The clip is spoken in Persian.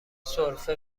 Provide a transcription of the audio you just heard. سرفه